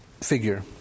figure